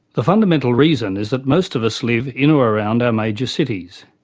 the fundamental reason is that most of us live in or around our major cities.